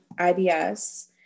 IBS